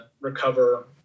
recover